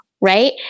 right